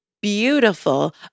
beautiful